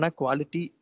quality